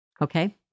Okay